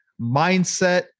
mindset